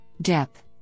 depth